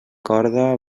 corda